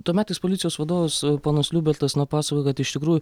tuometis policijos vadovas ponas liubertas na pasakojo kad iš tikrųjų